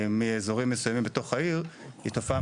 מאזורים מסוימים בתוך העיר היא תופעה